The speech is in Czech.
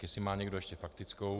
Jestli má někdo ještě faktickou?